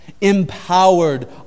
empowered